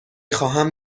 خواهم